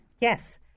Yes